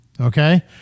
okay